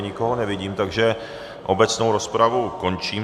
Nikoho nevidím, takže obecnou rozpravu končím.